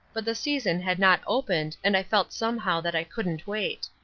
but the season had not opened and i felt somehow that i couldn't wait.